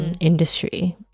Industry